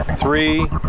three